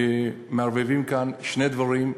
מערבבים כאן שני דברים.